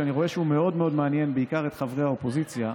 שאני רואה שהוא מאוד מאוד מעניין בעיקר את חברי האופוזיציה,